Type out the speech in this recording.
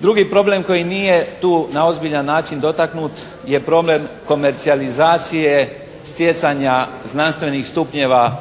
Drugi problem koji nije tu na ozbiljan način dotaknut je problem komercijalizacije stjecanja znanstvenih stupnjeva